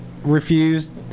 refused